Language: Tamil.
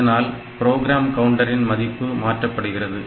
இதனால் ப்ரோக்ராம் கவுண்டரின் மதிப்பு மாற்றப்படுகிறது